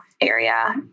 area